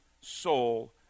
soul